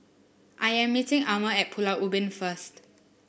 I am meeting Almer at Pulau Ubin first